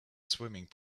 swimming